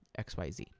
xyz